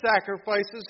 sacrifices